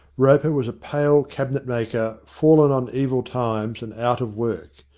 roper was a pale cabinet-maker, fallen on evil times and out of work.